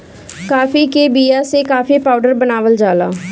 काफी के बिया से काफी पाउडर बनावल जाला